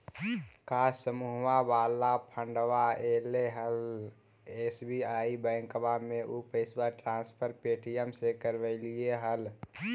का समुहवा वाला फंडवा ऐले हल एस.बी.आई बैंकवा मे ऊ पैसवा ट्रांसफर पे.टी.एम से करवैलीऐ हल?